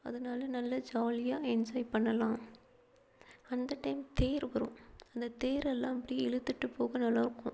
அதனால நல்ல ஜாலியாக என்ஜாய் பண்ணலாம் அந்த டைம் தேர் வரும் அந்த தேரெல்லாம் அப்டேயே இழுத்துகிட்டு போக நல்லாயிருக்கும்